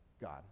God